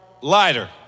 lighter